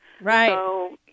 Right